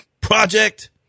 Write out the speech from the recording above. Project